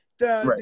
Right